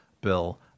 bill